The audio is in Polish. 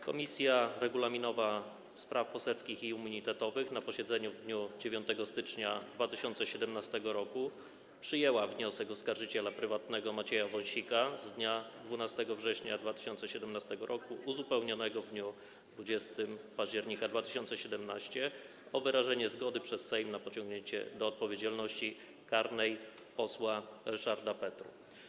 Komisja Regulaminowa, Spraw Poselskich i Immunitetowych na posiedzeniu w dniu 9 stycznia 2017 r. przyjęła wniosek oskarżyciela prywatnego Macieja Wąsika z dnia 12 września 2017 r. uzupełniony w dniu 20 października 2017 r. o wyrażenie zgody przez Sejm na pociągnięcie do odpowiedzialności karnej posła Ryszarda Petru.